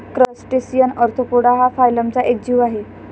crustacean arthropoda हा फायलमचा एक जीव आहे